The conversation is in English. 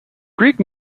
greek